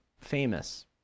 famous